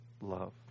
love